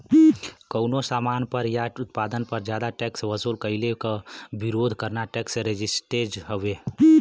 कउनो सामान पर या उत्पाद पर जादा टैक्स वसूल कइले क विरोध करना टैक्स रेजिस्टेंस हउवे